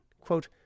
quote